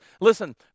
Listen